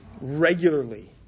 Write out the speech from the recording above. regularly